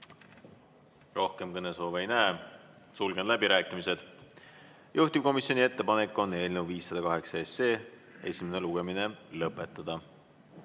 Rohkem kõnesoove ei näe. Sulgen läbirääkimised. Juhtivkomisjoni ettepanek on eelnõu 508 esimene lugemine lõpetada.